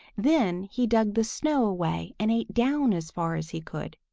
then he dug the snow away and ate down as far as he could.